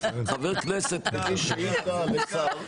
חבר כנסת מגיש שאילתה לשר,